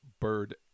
bird